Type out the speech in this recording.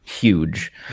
huge